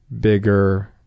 bigger